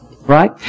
Right